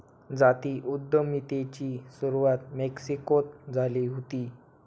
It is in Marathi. जाती उद्यमितेची सुरवात मेक्सिकोत झाली हुती